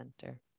center